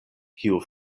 kiu